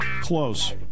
Close